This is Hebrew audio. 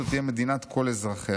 זו תהיה'" מדינת כל אזרחיה,